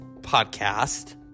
podcast